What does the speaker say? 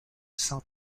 cent